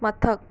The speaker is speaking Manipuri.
ꯃꯊꯛ